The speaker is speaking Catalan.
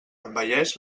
envelleix